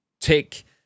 take